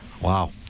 Wow